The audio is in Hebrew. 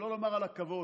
שלא לומר הכבוד.